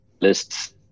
lists